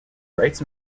writes